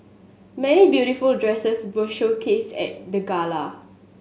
many beautiful dresses were showcased at the gala